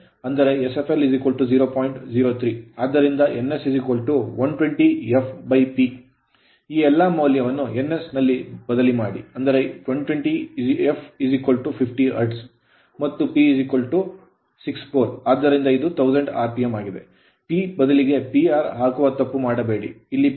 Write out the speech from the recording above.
03 ಆದ್ದರಿಂದ nS 120 fP ಈ ಎಲ್ಲಾ ಮೌಲ್ಯವನ್ನು ns ನಲ್ಲಿ ಬದಲಿ ಮಾಡಿ ಅಂದರೆ 120 f50 hertz ಹರ್ಟ್ಜ್ ಮತ್ತು P6 poles ಪೋಲ್ ಆದ್ದರಿಂದ ಇದು 1000 rpm ಆಗಿದೆ P ಬದಲಿಗೆ Pr ಹಾಕುವ ತಪ್ಪು ಮಾಡಬೇಡಿ ಇಲ್ಲಿ P poles ಪೋಲ್ ಸಂಖ್ಯೆ ಆದ್ದರಿಂದ 1000 rpm